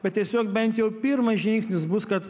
bet tiesiog bent jau pirmas žingsnis bus kad